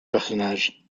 personnage